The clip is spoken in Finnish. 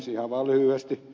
ihan vaan lyhyesti